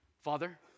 Father